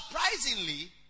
surprisingly